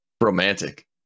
Romantic